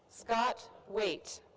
scott waite.